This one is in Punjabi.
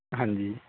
ਹਾਂਜੀ